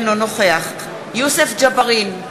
אינו נוכח יוסף ג'בארין,